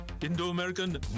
Indo-American